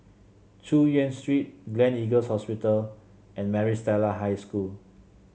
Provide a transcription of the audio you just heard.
Chu Yen Street Gleneagles Hospital and Maris Stella High School